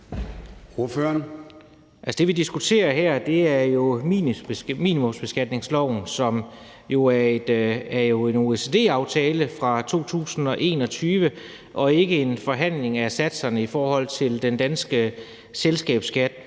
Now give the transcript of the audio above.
Det, vi diskuterer her, er minimumsbeskatningsloven, som jo er en OECD-aftale fra 2021, og det er ikke en forhandling af satserne i forhold til den danske selskabsskat.